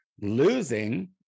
losing